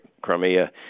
Crimea